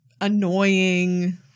annoying –